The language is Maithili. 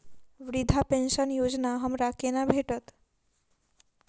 वृद्धा पेंशन योजना हमरा केना भेटत?